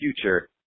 future